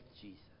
Jesus